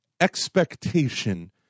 expectation